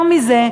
אמרתי יותר מזה: